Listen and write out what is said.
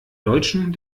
deutschen